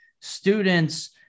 students